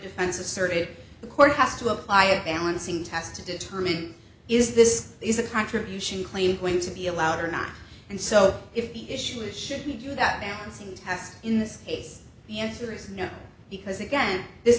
defense asserted the court has to apply a balancing test to determine is this is a contribution claim going to be allowed or not and so if the issue is should he do that balancing test in this case the answer is no because again this